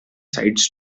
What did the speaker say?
sights